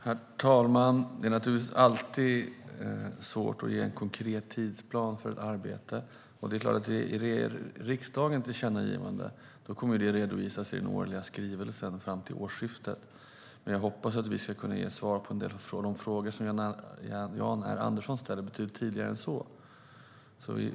Herr talman! Det är naturligtvis alltid svårt att ge en konkret tidsplan för ett arbete. Om riksdagen gör ett tillkännagivande kommer det att bli en redovisning i den årliga skrivelsen fram till årsskiftet. Men jag hoppas att vi ska kunna ge svar på en del av de frågor som Jan R Andersson ställer betydligt tidigare.